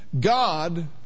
God